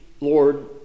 Lord